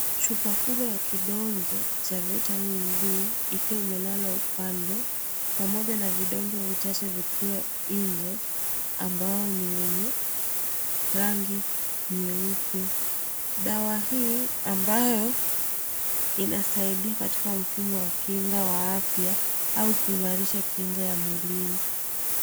Chupa kubwa ya vidonge cha vitamini d ikiwa imelala upande pamoja na vidonge vichache ambayo ni wenye rangi nyeupe. Dawa hii ambayo inasaidia katika mfumo wa kinga wa afya au kuimarisha kinga ya mwilini.